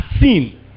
seen